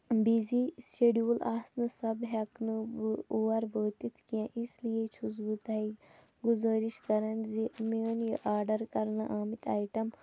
busy schedule آسنہٕ سبہٕ ہٮ۪کہٕ نہٕ بہٕ اور وٲتِتھ کیٚنٛہہ اِس لیے چھُس بہٕ تۄہہِ گُذٲرِش کَران زِ میٛٲنۍ یہِ آرڈَر کَرنہٕ آمٕتۍ آیٹَم